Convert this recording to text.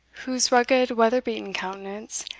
whose rugged weather-beaten countenance,